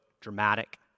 dramatic